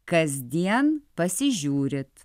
kasdien pasižiūrit